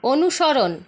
অনুসরণ